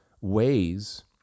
ways